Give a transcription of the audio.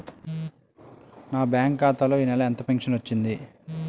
నా బ్యాంక్ ఖాతా లో ఈ నెల ఎంత ఫించను వచ్చింది?